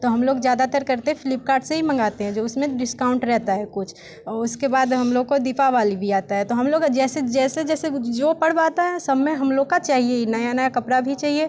तो हम लोग ज़्यादातर करते फ्लिपकार्ट से ही मंगाते हैं जो उसमें डिस्काउंट रहता है कुछ उसके बाद हम लोग को दीपावाली भी आता है तो हम लोग का जैसे जैसे जैसे जो पर्व आता है सब में हम लोग का चाहिए ही नया नया कपड़ा भी चाहिए